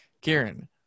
Kieran